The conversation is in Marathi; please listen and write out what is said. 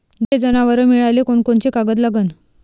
दुभते जनावरं मिळाले कोनकोनचे कागद लागन?